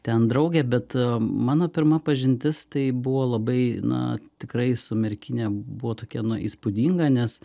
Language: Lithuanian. ten draugę bet mano pirma pažintis tai buvo labai na tikrai su merkine buvo tokia na įspūdinga nes